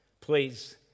Please